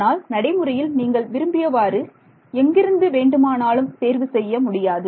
ஆனால் நடைமுறையில் நீங்கள் விரும்பியவாறு எங்கிருந்து வேண்டுமானாலும் தேர்வு செய்ய முடியாது